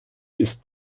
ist